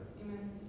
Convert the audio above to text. Amen